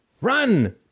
run